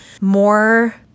more